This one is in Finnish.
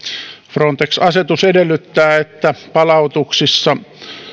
frontex asetus edellyttää että palautuksissa